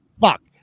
fuck